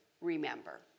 remember